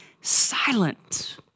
silent